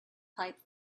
pipe